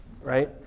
right